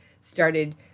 started